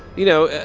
you know,